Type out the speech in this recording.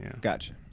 Gotcha